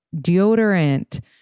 deodorant